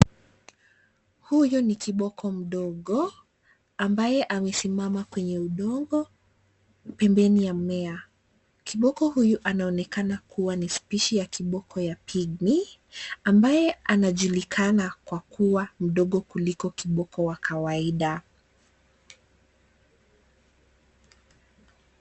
Huyu ni kiboko mdogo ambaye amesimama kwenye udongo pembeni ya mmea. Kiboko huyu anaonekana kuwa spishi ya kiboko ya Pygmy ambaye anajulikana kwa kuwa mdogo kuliko kiboko wa kawaida.